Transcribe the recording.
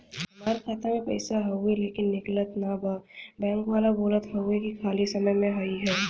हमार खाता में पैसा हवुवे लेकिन निकलत ना बा बैंक वाला बोलत हऊवे की खाली समय में अईहा